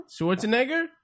Schwarzenegger